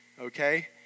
Okay